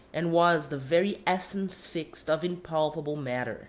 and was the very essence fixed of impalpable matter